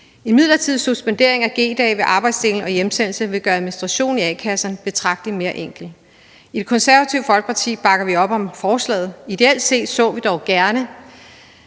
En midlertidig suspendering af G-dage ved arbejdsfordeling og hjemsendelse vil gøre administrationen i a-kasserne betragtelig mere enkel. I Det Konservative Folkeparti bakker vi op om forslaget. Ideelt set så vi dog gerne,